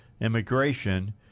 immigration